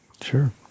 Sure